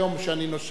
כשאני נושם,